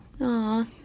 aw